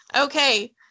Okay